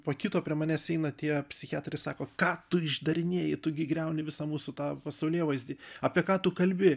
po kito prie manęs eina tie psichiatrai sako ką tu išdarinėji tu gi griauni visą mūsų tą pasaulėvaizdį apie ką tu kalbi